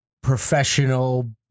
professional